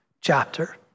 chapter